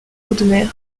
audemer